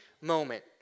moment